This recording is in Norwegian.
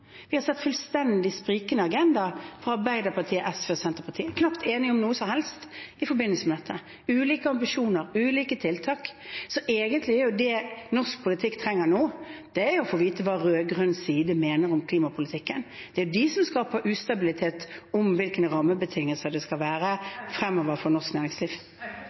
Vi har sett en fullstendig sprikende agenda fra Arbeiderpartiet, SV og Senterpartiet. De er knapt enige om noe som helst i forbindelse med dette – ulike ambisjoner, ulike tiltak. Så det norsk politikk egentlig trenger nå, er å få vite hva rød-grønn side mener om klimapolitikken. Det er de som skaper ustabilitet om hvilke rammebetingelser man skal ha fremover for norsk næringsliv.